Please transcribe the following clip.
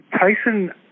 Tyson